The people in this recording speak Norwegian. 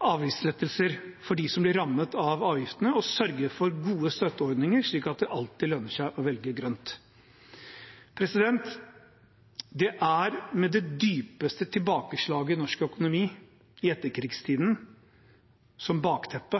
avgiftslettelser for dem som blir rammet av avgiftene, og sørger for gode støtteordninger, slik at det alltid lønner seg å velge grønt. Det er med det dypeste tilbakeslaget i norsk økonomi i etterkrigstiden som bakteppe